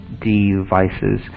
devices